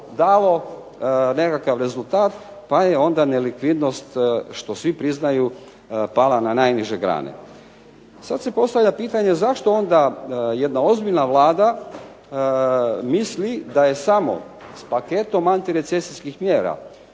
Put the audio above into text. dalo nekakav rezultat, pa je onda nelikvidnost što svi priznaju pala na najniže grane. Sad se postavlja pitanje zašto onda jedna ozbiljna Vlada misli da je samo s paketom antirecesijskih mjera